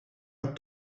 het